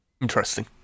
Interesting